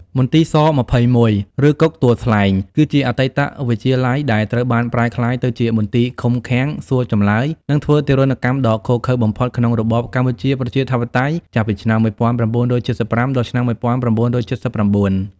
មន្ទីរស-២១ ឬគុកទួលស្លែង គឺជាអតីតវិទ្យាល័យដែលត្រូវបានប្រែក្លាយទៅជាមន្ទីរឃុំឃាំង សួរចម្លើយ និងធ្វើទារុណកម្មដ៏ឃោរឃៅបំផុតក្នុងរបបកម្ពុជាប្រជាធិបតេយ្យ ចាប់ពីឆ្នាំ១៩៧៥ ដល់ឆ្នាំ១៩៧៩។